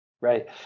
Right